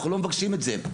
אנחנו לא מבקשים את זה.